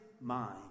mind